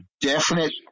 definite